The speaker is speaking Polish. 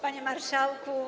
Panie Marszałku!